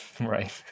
Right